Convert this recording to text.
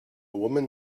woman